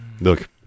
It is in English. look